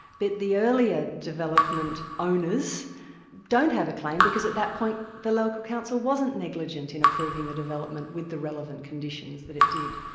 the earlier development owners don't have a claim because at that point, the local council wasn't negligent in approving the development, with the relevant conditions that it did.